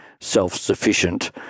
self-sufficient